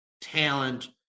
talent